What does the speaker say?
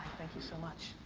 thank you so much,